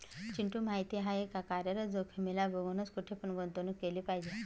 चिंटू माहिती आहे का? कार्यरत जोखीमीला बघूनच, कुठे पण गुंतवणूक केली पाहिजे